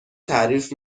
تعریف